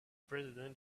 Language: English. president